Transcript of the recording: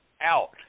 out